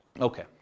Okay